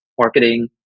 marketing